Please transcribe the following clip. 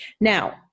Now